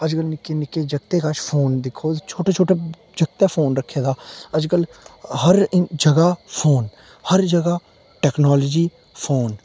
अज्जकल नि'क्के नि'क्के जगतें कश फोन दिक्खो छोटे छोटे जगतें फोन रक्खे दा अज्जकल हर जगह् फोन हर जगह् टेक्नोलॉजी फोन